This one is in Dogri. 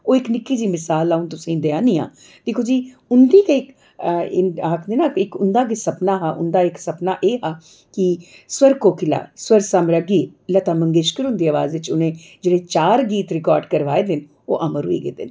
ओह् इक निक्की जेही मसाल आंऊ तुसेंगी देआ करनी आं दिक्खो जी उं'दी गै इक आखदे नि इक उं'दा गै सपना हा उं'दा इक सपना एह् हा कि सुर कोकिला सुर समग्गरी लता मगेशंकर उंदी आवाज च उ'नें जेह्ड़े चार गीत रकार्ड करवाए दे न ओह् अमर होई गेदे न